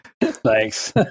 Thanks